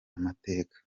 amateka